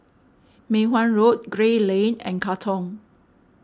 Mei Hwan Road Gray Lane and Katong